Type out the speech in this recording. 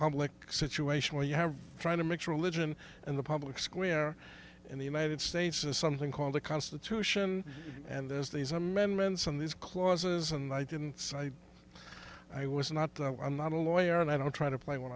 public situation where you have trying to mix religion and the public square in the united states is something called the constitution and there's these amendments and these clauses and i didn't i was not i'm not a lawyer and i don't try to play one